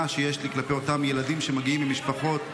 שיש לי כלפי אותם ילדים שמגיעים ממשפחות,